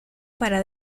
para